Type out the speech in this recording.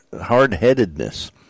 hard-headedness